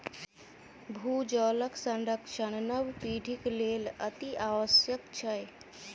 भूजलक संरक्षण नव पीढ़ीक लेल अतिआवश्यक छै